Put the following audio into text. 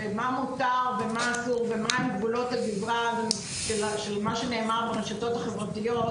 ומה מותר ומה אסור ומהן גבול הגזרה של מה שנאמר ברשתות החברתיות,